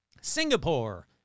Singapore